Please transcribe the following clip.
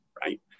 right